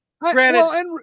granted